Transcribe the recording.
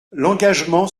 l’engagement